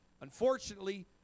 unfortunately